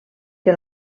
que